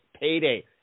payday